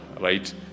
right